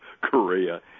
Korea